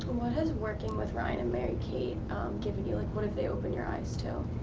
what has working with ryan and mary kate given like, what have they opened your eyes to?